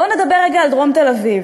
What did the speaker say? בואו נדבר רגע על דרום תל-אביב.